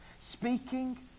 Speaking